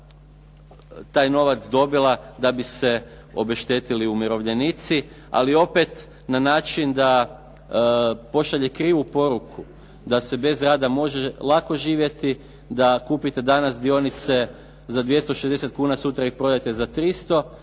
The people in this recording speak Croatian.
taj novac dobila da bi se obeštetili umirovljenici, ali opet na način da pošalje krivu poruku da se bez rada može lako živjeti, da kupite danas dionice za 260 kn sutra ih prodate za 300, a na